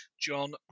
John